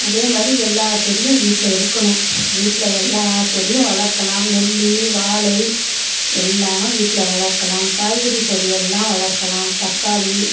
அதே மாதிரி எல்லா செடியும் வீட்டில் இருக்கணும் வீட்டில் எல்லா செடியும் வளர்க்கலாம் நெல்லி வாழை எல்லாம் வீட்டில் வளர்க்கலாம் காய்கறி செடியெல்லாம் வளர்க்கலாம் தக்காளி